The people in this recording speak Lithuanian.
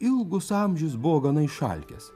ilgus amžius buvo gana išalkęs